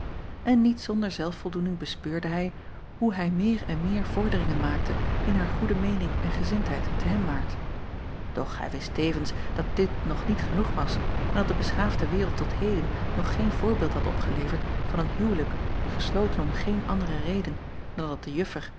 en niet zonder zelfvoldoening bespeurde hij hoe hij meer en meer vorderingen maakte in haar goede meening en gezindheid te hemwaart doch hij wist tevens dat dit nog niet genoeg was en dat de beschaafde wereld tot heden nog geen voorbeeld had opgeleverd van een huwelijk gesloten om geen andere reden dan dat de